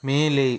ಮೇಲೆ